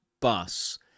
bus